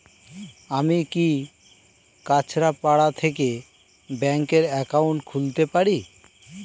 আমি কি কাছরাপাড়া থেকে ব্যাংকের একাউন্ট খুলতে পারি?